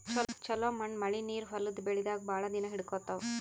ಛಲೋ ಮಣ್ಣ್ ಮಳಿ ನೀರ್ ಹೊಲದ್ ಬೆಳಿದಾಗ್ ಭಾಳ್ ದಿನಾ ಹಿಡ್ಕೋತದ್